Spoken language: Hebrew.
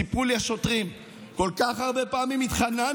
סיפרו לי השוטרים: כל כך הרבה פעמים התחננו,